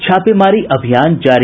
छापेमारी अभियान जारी